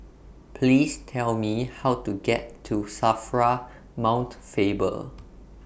Please Tell Me How to get to SAFRA Mount Faber